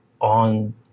on